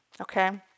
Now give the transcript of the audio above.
okay